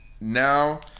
now